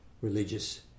religious